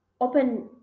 open